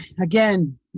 again